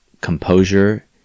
composure